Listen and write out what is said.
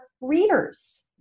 readers